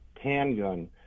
handgun